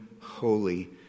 holy